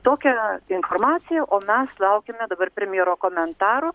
tokia informacija o mes laukiame dabar premjero komentaro